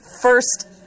first